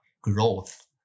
growth